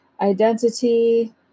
identity